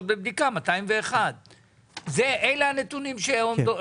בבדיקה 201. אלה הנתונים שעומדים בפנינו.